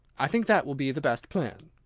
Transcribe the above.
i think that will be the best plan.